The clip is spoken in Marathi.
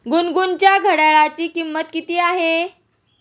गुनगुनच्या घड्याळाची किंमत किती आहे?